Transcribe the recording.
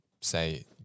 say